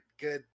good